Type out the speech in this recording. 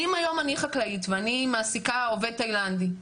אם היום אני חקלאית ואני מעסיקה עובד תאילנדי,